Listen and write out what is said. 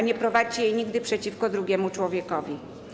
Nie prowadźcie tego nigdy przeciwko drugiemu człowiekowi.